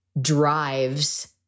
drives